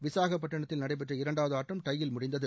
விசாகப்பட்டினத்தில் நடைபெற்ற இரண்டாவது ஆட்டம் டையில் முடிவடைந்தது